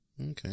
Okay